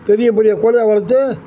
பெரிய பெரிய கோழியா வளர்த்து